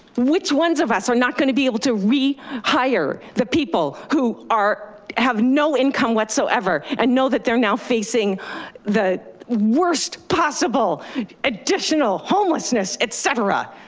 which ones of us are not gonna be able to rehire the people who are, have no income whatsoever and know that they're now facing the worst possible additional homelessness, et cetera.